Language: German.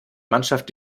mannschaft